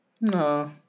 No